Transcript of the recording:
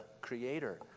Creator